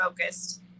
focused